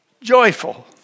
joyful